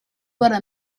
bore